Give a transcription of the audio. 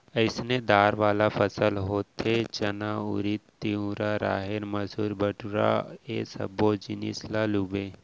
अइसने दार वाला फसल होथे चना, उरिद, तिंवरा, राहेर, मसूर, बटूरा ए सब्बो जिनिस ल लूबे